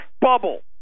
bubble